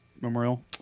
Memorial